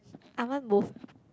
I want both